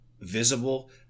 visible